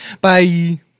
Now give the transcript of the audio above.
Bye